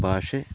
ಭಾಷೆ